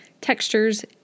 textures